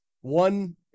one